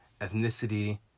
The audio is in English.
ethnicity